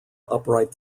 upright